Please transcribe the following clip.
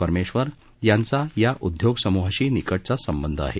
परमेश्वर यांचा या उद्योगसमूहाशी निकटचा संबंध आहे